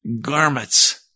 garments